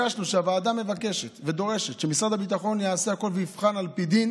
הוועדה מבקשת ודורשת שמשרד הביטחון יעשה הכול ויבחן על פי דין